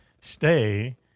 stay